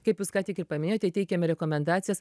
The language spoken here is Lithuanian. kaip jūs ką tik ir paminėjot teikiame rekomendacijas